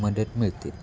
मदत मिळते